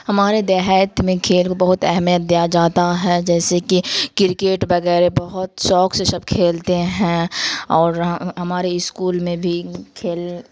ہمارے دیہات میں کھیل کو بہت اہمیت دیا جاتا ہے جیسے کہ کرکٹ وغیرہ بہت شوق سے سب کھیلتے ہیں اور ہمارے اسکول میں بھی کھیل